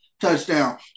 Touchdown